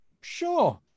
sure